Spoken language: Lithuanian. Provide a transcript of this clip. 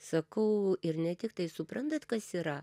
sakau ir ne tiktai suprantat kas yra